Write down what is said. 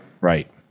Right